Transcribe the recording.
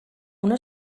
una